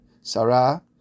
Sarah